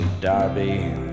Darby